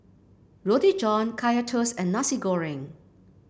Roti John Kaya Toast and Nasi Goreng